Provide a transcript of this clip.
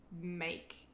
make